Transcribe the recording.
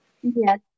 Yes